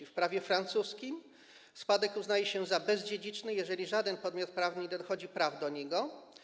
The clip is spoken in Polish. Według prawa francuskiego spadek uznaje się za bezdziedziczny, jeżeli żaden podmiot prawny nie dochodzi praw do niego.